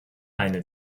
eine